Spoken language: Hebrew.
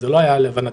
וזה לא היה להבנתנו